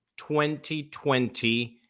2020